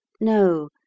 No